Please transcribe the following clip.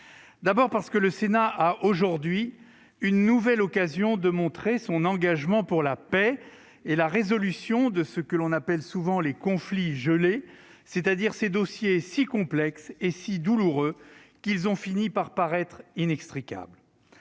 D'une part, le Sénat trouve ainsi aujourd'hui une nouvelle occasion de montrer son engagement pour la paix et pour la résolution de ce que l'on appelle souvent les « conflits gelés », ces dossiers si complexes et douloureux qu'ils ont fini par sembler inextricables.